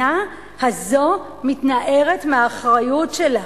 מתנערת מהאחריות שלה.